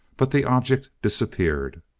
but the object disappeared.